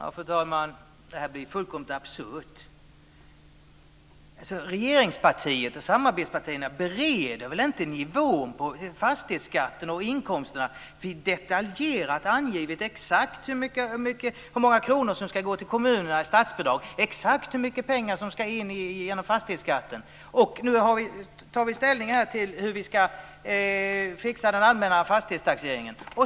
Fru talman! Det här blir fullkomligt absurt. Regeringspartiet och samarbetspartierna bereder väl inte nivån på fastighetsskatten och inkomsterna. Vi har detaljerat angett exakt hur många kronor som ska gå till kommunerna i statsbidrag och exakt hur mycket pengar som ska tas in genom fastighetsskatten. Nu tar vi ställning till hur vi ska fixa den allmänna fastighetstaxeringen.